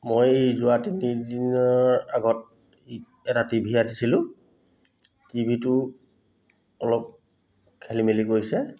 মই যোৱা তিনিদিনৰ আগত এটা টি ভি আনিছিলোঁ টি ভিটো অলপ খেলি মেলি কৰিছে